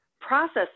process